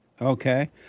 Okay